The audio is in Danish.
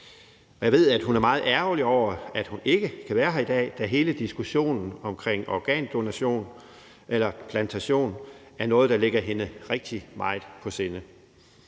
jeg ved, at hun er meget ærgerlig over, at hun ikke kan være her i dag, da hele diskussionen omkring organdonation og -transplantation er noget, der ligger hende rigtig meget på sinde.